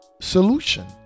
solution